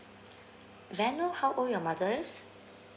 may I know how old your mother is